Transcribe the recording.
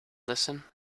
listen